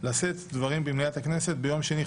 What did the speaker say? לשאת דברים במליאת הכנסת ביום שני,